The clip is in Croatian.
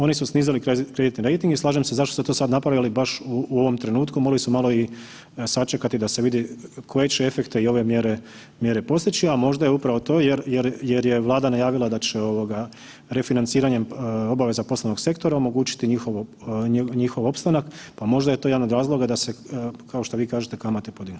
Oni su snizili kreditni rejting i slažem se zašto su to sad napravili baš u ovom trenutku mogli su malo i sačekati da se vidi koje će efekte i ove mjere postići, a možda je upravo to jer je Vlada najavila da će ovoga refinanciranja obaveza poslovnog sektora omogućiti njihov opstanak, pa možda je to jedan od razloga da se kao što vi kažete kamate podijele.